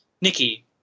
nikki